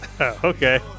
Okay